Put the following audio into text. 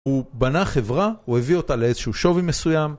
הוא בנה חברה, הוא הביא אותה לאיזשהו שווי מסוים.